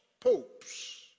popes